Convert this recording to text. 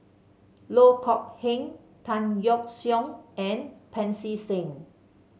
Loh Kok Heng Tan Yeok Seong and Pancy Seng